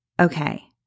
Okay